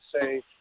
Say